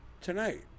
tonight